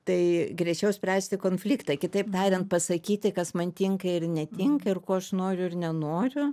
tai greičiau spręsti konfliktą kitaip tariant pasakyti kas man tinka ir netinka ir ko aš noriu ir nenoriu